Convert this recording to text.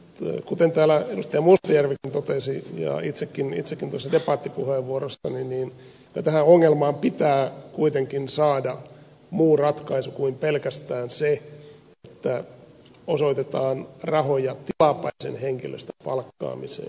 mutta kuten täällä edustaja mustajärvikin totesi ja itsekin debattipuheenvuorossani totesin niin kyllä tähän ongelmaan pitää kuitenkin saada muu ratkaisu kuin pelkästään se että osoitetaan rahoja tilapäisen henkilöstön palkkaamiseen